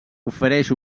ofereix